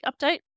update